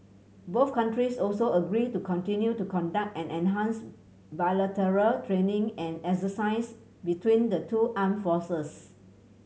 both countries also agreed to continue to conduct and enhance bilateral training and exercises between the two armed forces